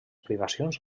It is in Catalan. privacions